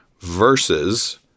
versus